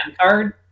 card